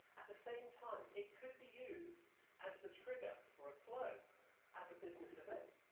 at the same time, it could be used as the trigger for flow as a business event.